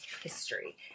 history